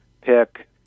pick